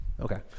Okay